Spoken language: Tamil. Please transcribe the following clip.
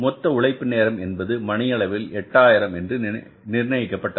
மொத்த உழைப்பு நேரம் என்பது மணி அளவில் 8000 என்று நிர்ணயிக்கப்பட்டது